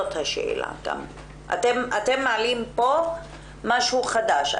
אתם מעלים פה משהו חדש.